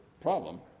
problem